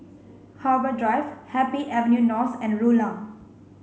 Harbour Drive Happy Avenue North and Rulang